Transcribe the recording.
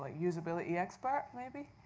usability expert, maybe?